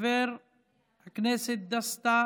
חבר הכנסת אריה דרעי, חבר הכנסת דסטה